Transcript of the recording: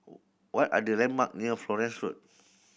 what are the landmark near Florence Road